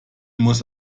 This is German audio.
muss